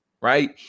Right